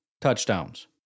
touchdowns